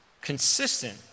consistent